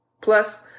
Plus